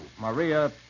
Maria